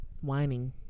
Whining